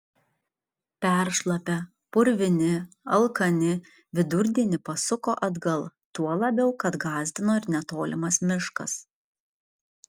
peršlapę purvini alkani vidurdienį pasuko atgal tuo labiau kad gąsdino ir netolimas miškas